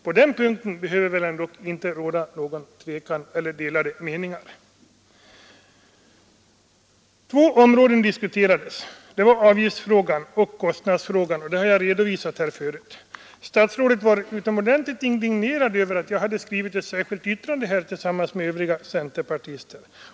På den punkten behöver det inte svenska handelsråda vare sig något tvivel eller några delade meningar. fartyg, m.m. Två områden diskuterades i utskottet — det var avgiftsfrågan och kostnadsfrågan. Detta har jag tidigare redovisat här. Statsrådet var utomordentligt indignerad över att jag skrivit ett särskilt yttrande tillsammans med övriga centerpartister.